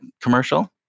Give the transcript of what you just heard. commercial